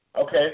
Okay